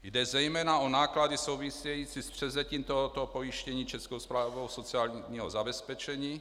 Jde zejména o náklady související s převzetím tohoto pojištění Českou správou sociálního zabezpečení.